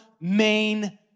main